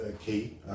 key